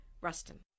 Ruston